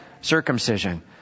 circumcision